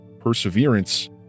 perseverance